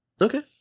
Okay